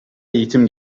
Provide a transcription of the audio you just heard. eğitim